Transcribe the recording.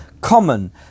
common